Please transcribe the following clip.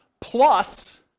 plus